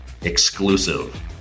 exclusive